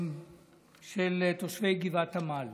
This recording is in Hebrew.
של תושבי גבעת עמל.